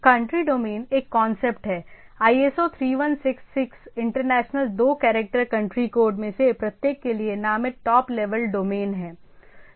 country domain एक concept है ISO 3166 international दो कैरेक्टर कंट्री कोड में से प्रत्येक के लिए नामित टॉप लेवल डोमेन है